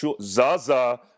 Zaza